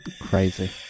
Crazy